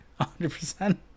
100%